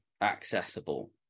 accessible